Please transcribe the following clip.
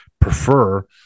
prefer